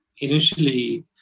Initially